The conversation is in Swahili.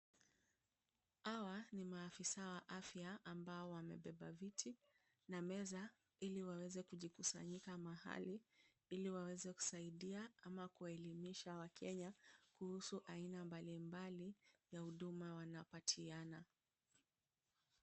Hawa ni maafisa wa afya ambao wamebeba viti na meza, ili waweze kujikusanyika mahali ili waweze kusaidia ama kuwaelimisha wakenya kuhusu aina mbalimbali ya huduma wanapatiana.